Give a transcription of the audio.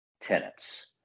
tenants